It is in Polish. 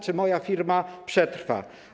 Czy moja firma przetrwa?